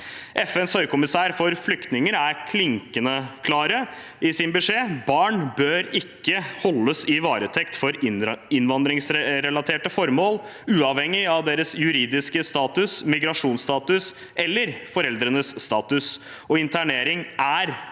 FNs høykommissær for flyktninger er klinkende klar i sin beskjed: Barn bør ikke holdes i varetekt for innvandringsrelaterte formål, uavhengig av deres juridiske status, migrasjonsstatus eller foreldrenes status. Internering er aldri